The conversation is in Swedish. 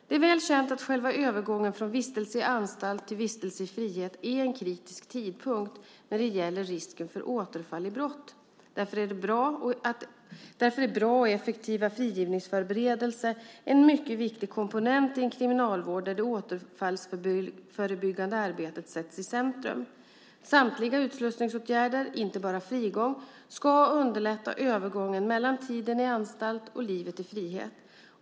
Det är väl känt att själva övergången från vistelse i anstalt till vistelse i frihet är en kritisk tidpunkt när det gäller risken för återfall i brott. Därför är bra och effektiva frigivningsförberedelser en mycket viktig komponent i en kriminalvård där det återfallsförebyggande arbetet sätts i centrum. Samtliga utslussningsåtgärder, inte bara frigång, ska underlätta övergången mellan tiden i anstalt och livet i frihet.